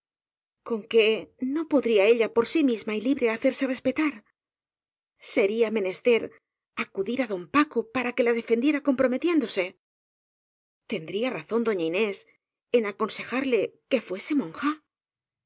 con que no po dría ella por sí misma y libre hacerse respetar sería menester acudir á don paco para que la de fendiera comprometiéndose tendría razón doña inés en aconsejarle que fuese monja